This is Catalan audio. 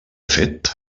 fet